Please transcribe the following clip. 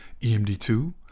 EMD2